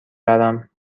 برم